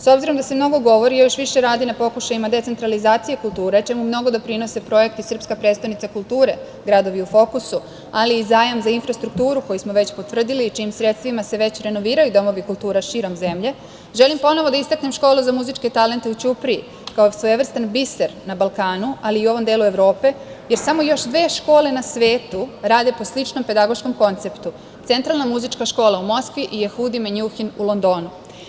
S obzirom da se mnogo govori, a još više radi na pokušajima decentralizacije kulture, čemu mnogo doprinose projekti „Srpska prestonica kulture“, „Gradovi u fokusu“, ali i zajam za infrastrukturu koji smo već potvrdili i čijim sredstvima se već renoviraju domovi kulture širom zemlje, želim ponovo da istaknem školu za muzičke talente u Ćupriji kao svojevrstan biser na Balkanu, ali i ovom delu Evrope, jer samo još dve škole na svetu rade po sličnom pedagoškom konceptu, Centralna muzička škola u Moskvi i „Jehudi Menjuhin“ u Londonu.